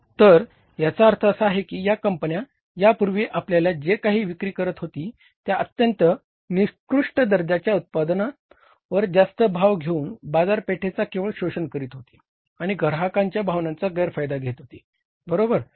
तर याचा अर्थ असा की या कंपन्या यापूर्वी आपल्याला जे काही विक्री करीत होती त्या अत्यंत निकृष्ट दर्जाच्या उत्पादनांवर जास्त भाव घेऊन बाजारपेठेचा केवळ शोषण करीत होती आणि ग्राहकांच्या भावनांचा गैरफायदा घेते होती बरोबर